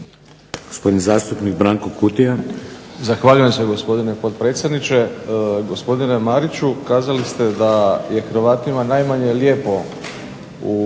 gospodin zastupnik Frano Matušić.